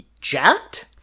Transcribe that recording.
jacked